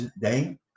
Day